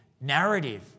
narrative